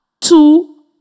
two